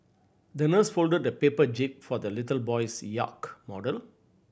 the nurse folded a paper jib for the little boy's yacht model